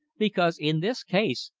because, in this case,